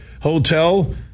hotel